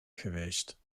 geweest